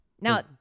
now